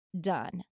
done